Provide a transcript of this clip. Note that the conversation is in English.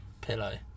pillow